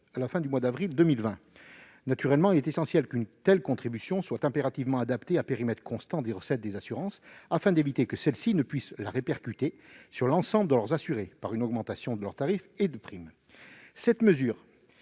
à la fin du mois d'avril ... Naturellement, il est essentiel qu'une telle contribution soit adoptée à périmètre constant des recettes des assurances, afin d'éviter que celles-ci ne la répercutent sur l'ensemble de leurs assurés par une augmentation des tarifs et des primes. Le conseil